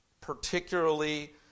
particularly